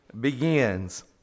begins